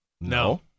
No